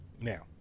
Now